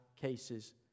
cases